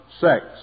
sex